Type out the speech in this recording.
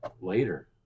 later